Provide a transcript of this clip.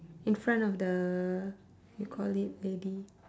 in front of the you call it lady